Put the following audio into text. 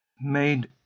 made